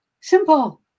simple